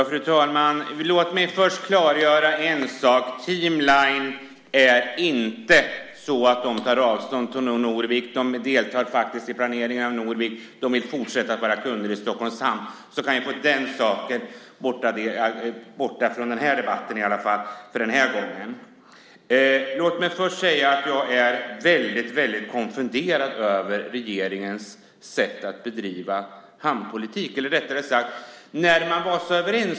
Fru talman! Låt mig först klargöra en sak. Team Lines tar inte avstånd från Norvik. De deltar faktiskt i planeringen av Norvik. De vill fortsätta att vara kunder i Stockholms Hamn. Så kan vi få den saken bort från den här debatten i alla fall för den här gången. Jag är väldigt konfunderad över regeringens sätt att bedriva hamnpolitik.